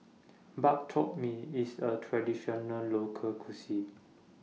Bak Chor Mee IS A Traditional Local Cuisine